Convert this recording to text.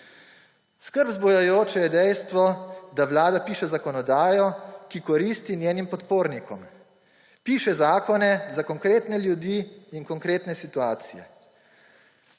Skrb vzbujajoče je dejstvo, da vlada piše zakonodajo, ki koristi njenim podpornikom. Piše zakone za konkretne ljudi in konkretne situacije.